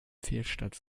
fehlstart